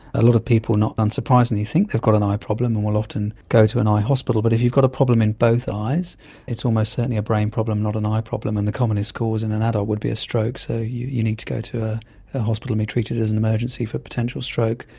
a lot of people not unsurprisingly think they've got an eye problem and will often go to an eye hospital, but if you've got a problem in both eyes it's almost certainly a brain problem, not an eye problem, and the commonest cause in an adult would be a stroke, so you you need to go to a hospital and be treated as an emergency for potential stroke,